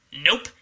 nope